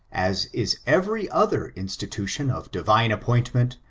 as is every other institution of divine appoint ment,